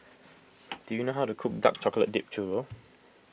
do you know how to cook Dark Chocolate Dipped Churro